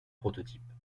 prototype